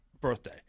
birthday